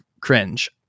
cringe